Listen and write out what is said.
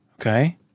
okay